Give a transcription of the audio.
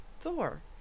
Thor